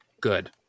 good